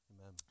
amen